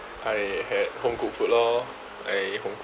I had home cooked food lor I eat home